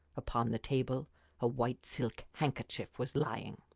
upon the table a white silk handkerchief was lying.